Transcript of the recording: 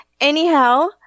Anyhow